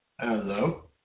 Hello